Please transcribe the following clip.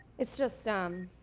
its just um